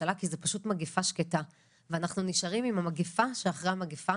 ממשלה כי זה פשוט מגיפה שקטה ואנחנו נשארים עם המגפה שאחרי המגפה